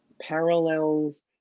parallels